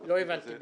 לא הבנתי.